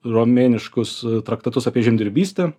romėniškus traktatus apie žemdirbystę